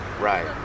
Right